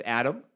adam